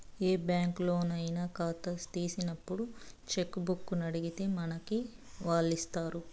ఏ బ్యాంకులోనయినా కాతా తీసినప్పుడు చెక్కుబుక్కునడిగితే మనకి వాల్లిస్తారు